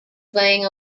playing